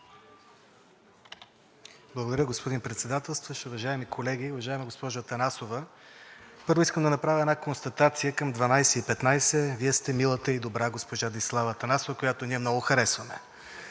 Благодаря, господин Председателстващ. Уважаеми колеги, уважаема госпожо Атанасова! Първо, искам да направя една констатация към 12,15 ч. – Вие сте милата и добра госпожа Десислава Атанасова, която ние много харесваме.